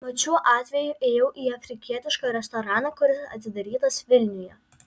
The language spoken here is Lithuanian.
mat šiuo atveju ėjau į afrikietišką restoraną kuris atidarytas vilniuje